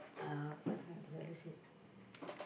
uh what ah